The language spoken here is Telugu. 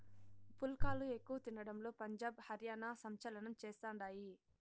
పుల్కాలు ఎక్కువ తినడంలో పంజాబ్, హర్యానా సంచలనం చేస్తండాయి